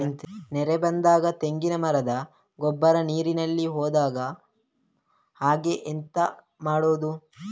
ನೆರೆ ಬಂದಾಗ ತೆಂಗಿನ ಮರದ ಗೊಬ್ಬರ ನೀರಿನಲ್ಲಿ ಹೋಗದ ಹಾಗೆ ಎಂತ ಮಾಡೋದು?